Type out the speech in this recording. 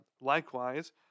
Likewise